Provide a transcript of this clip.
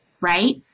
right